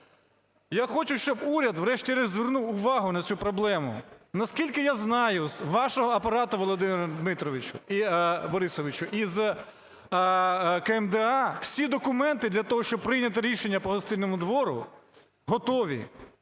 Я хочу, щоб уряд врешті-решт звернув увагу на цю проблему. Наскільки я знаю, з вашого апарату, Володимире Дмитровичу… Борисовичу, і з КМДА всі документи для того, щоб прийняти рішення по Гостинному двору, готові.